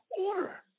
order